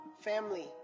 family